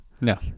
No